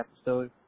episode